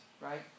right